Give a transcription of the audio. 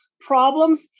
problems